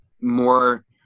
more